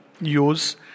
use